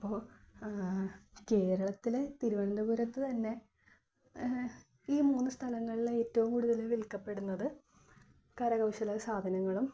അപ്പോൾ കേരളത്തിലെ തിരുവനന്തപുരത്തു തന്നെ ഈ മൂന്നു സ്ഥലങ്ങളിൽ ഏറ്റവും കൂടുതൽ വിൽക്കപ്പെടുന്നത് കരകൗശല സാധനങ്ങളും